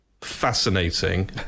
fascinating